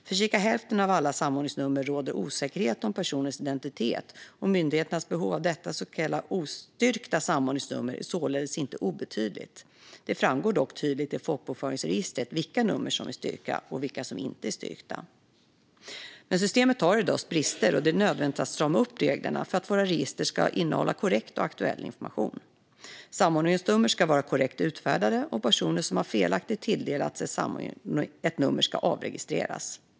För cirka hälften av alla samordningsnummer råder osäkerhet om personens identitet, och myndigheternas behov av dessa så kallade ostyrkta samordningsnummer är således inte obetydligt. Det framgår dock tydligt i folkbokföringsregistret vilka nummer som är styrkta och vilka som inte är styrkta. Men systemet har i dag brister, och det är nödvändigt att strama upp reglerna för att våra register ska innehålla korrekt och aktuell information. Samordningsnummer ska vara korrekt utfärdade, och personer som felaktigt har tilldelats ett nummer ska avregistreras.